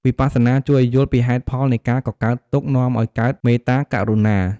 វិបស្សនាជួយឱ្យយល់ពីហេតុផលនៃការកើតទុក្ខ នាំឱ្យកើតមេត្តា ករុណា។